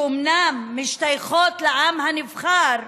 שאומנם משתייכות לעם הנבחר,